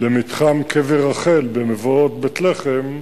למתחם קבר רחל במבואות בית-לחם,